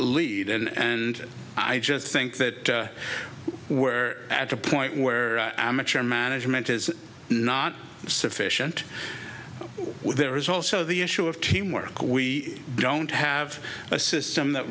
lead in and i just think that where at a point where amateur management is not sufficient there is also the issue of teamwork we don't have a system that